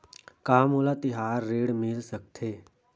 का मोला तिहार ऋण मिल सकथे?